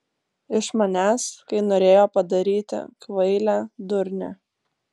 iš manęs kai norėjo padaryti kvailę durnę